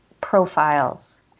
profiles